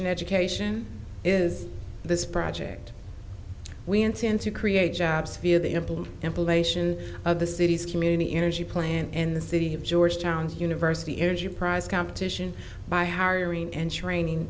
and education is this project we intend to create jobs via the a blood sample lation of the city's community energy plan in the city of georgetown university energy prize competition by hiring and training